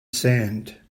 sand